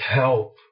help